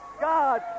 God